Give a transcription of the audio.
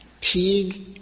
Teague